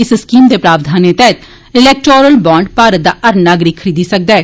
इस स्कीम दे प्रावधानें तैह्त इलैक्टारेल बांड भारत दा हर नागरिक खरीदी सकदा ऐ